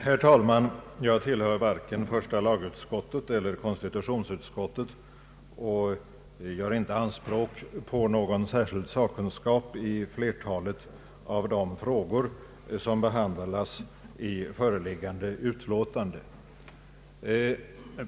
Herr talman! Jag tillhör varken första lagutskottet eller konstitutionsutskottet och gör inte anspråk på någon särskild sakkunskap i flertalet av de frågor som behandlas i föreliggande utlåtande.